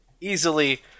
easily